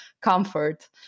comfort